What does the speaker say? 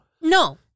No